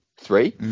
three